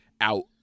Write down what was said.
out